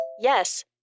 Yes